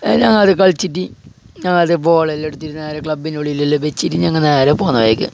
എന്നാൽ അത് കളിച്ചിട്ട് അതാ ബോളെല്ലാം എടുത്തിട്ട് നേരെ ക്ലബിന് വെളിയിലെല്ലാം വെച്ചിട്ട് ഞങ്ങൾ നേരെ പോകുന്നതായിരിക്കും